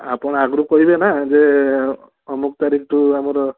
ଆପଣ ଆଗରୁ କହିବେ ନା ଯେ ଅମକ ତାରିଖ ଠୁ ଆମର